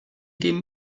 dem